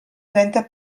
trenta